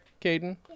Caden